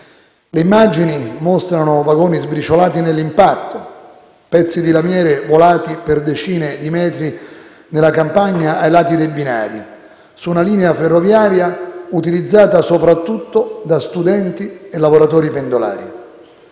Le immagini mostrano vagoni sbriciolati nell'impatto, pezzi di lamiere volati per decine di metri nella campagna ai lati dei binari su una linea ferroviaria utilizzata soprattutto da studenti e lavoratori pendolari.